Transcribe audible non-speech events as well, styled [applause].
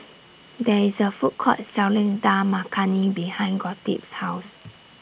[noise] There IS A Food Court Selling Dal Makhani behind Gottlieb's House